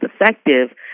effective